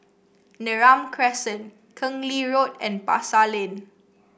Neram Crescent Keng Lee Road and Pasar Lane